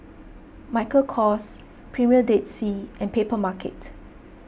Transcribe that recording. Michael Kors Premier Dead Sea and Papermarket